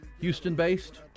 Houston-based